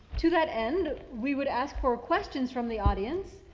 to that end we would ask her a questions from the audience.